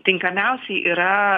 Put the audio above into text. tinkamiausi yra